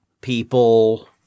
people –